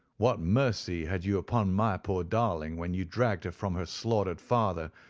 what mercy had you upon my poor darling, when you dragged her from her slaughtered father,